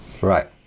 Right